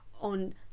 on